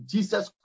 Jesus